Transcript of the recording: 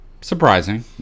Surprising